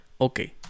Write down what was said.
okay